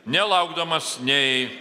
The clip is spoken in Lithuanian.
nelaukdamas nei